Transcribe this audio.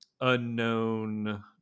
unknown